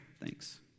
thanks